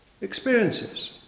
experiences